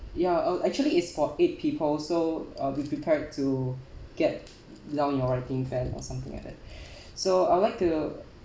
ya uh actually is for eight people so uh be prepared to get down your writing pen or something like that so I would like to